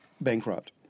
bankrupt